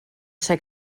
ser